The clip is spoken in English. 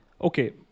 Okay